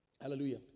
Hallelujah